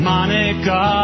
Monica